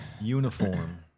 Uniform